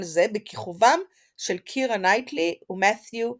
זה בכיכובם של קירה נייטלי ומת'יו מקפדיין.